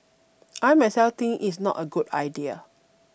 I myself think it's not a good idea